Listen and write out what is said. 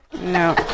No